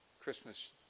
Christmas